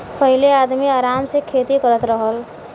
पहिले आदमी आराम से खेती करत रहल